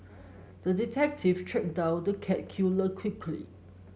the detective tracked down the cat killer quickly